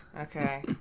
Okay